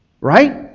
Right